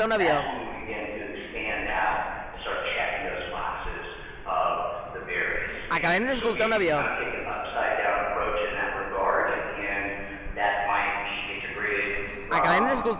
that's when we begin to expand out and start checking those boxes of the various standards. so we kind of take an upside-down approach in that regard. and that might be integrated from